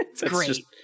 great